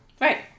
Right